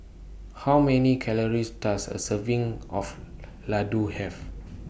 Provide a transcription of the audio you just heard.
How Many Calories Does A Serving of Ladoo Have